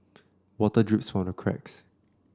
water drips from the cracks